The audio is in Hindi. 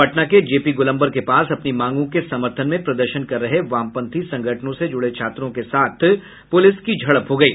पटना के जेपी गोलम्बर के पास अपनी मांगों के समर्थन में प्रदर्शन कर रहे वाम पंथी संगठनों से जुड़ें छात्रों के साथ पुलिस की झड़प हो गयी